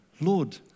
Lord